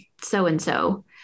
so-and-so